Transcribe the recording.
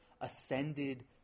ascended